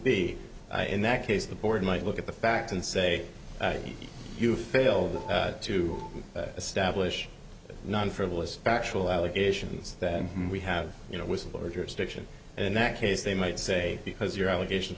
be in that case the board might look at the facts and say you failed to establish non frivolous factual allegations then we have you know whistleblower jurisdiction in that case they might say because your allegations